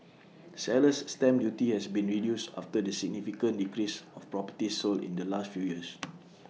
seller's stamp duty has been reduced after the significant decrease of properties sold in the last few years